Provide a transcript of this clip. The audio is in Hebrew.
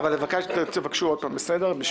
אבל תבקשו עוד פעם, בסדר?